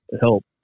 help